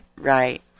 Right